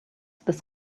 this